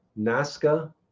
Nazca